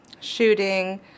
shooting